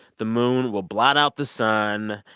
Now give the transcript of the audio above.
the moon will blot out the sun.